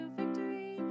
victory